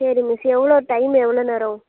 சரி மிஸ் எவ்வளோ டைம் எவ்வளோ நேரம்